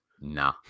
nah